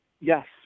Yes